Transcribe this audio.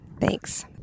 Thanks